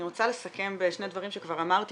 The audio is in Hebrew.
אני רוצה לסכם בשני דברים שכבר אמרתי